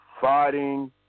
fighting